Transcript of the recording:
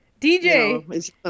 DJ